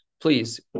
please